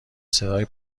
صدای